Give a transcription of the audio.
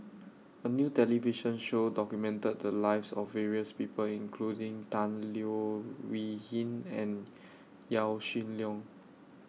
A New television Show documented The Lives of various People including Tan Leo Wee Hin and Yaw Shin Leong